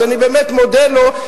אז אני באמת מודה לו,